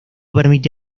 permite